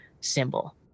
symbol